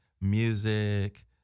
music